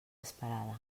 esperada